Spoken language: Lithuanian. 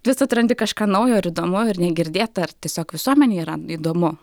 vis atrandi kažką naujo ir įdomu ir negirdėta ir tiesiog visuomenei yra įdomu